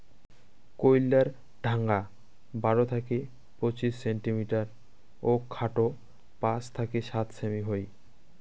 কইল্লার ঢাঙা বারো থাকি পঁচিশ সেন্টিমিটার ও খাটো পাঁচ থাকি সাত সেমি হই